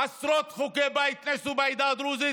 עשרות חוגי בית נעשו בעדה הדרוזית